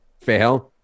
fail